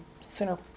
center